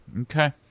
Okay